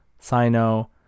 Sino